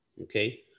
okay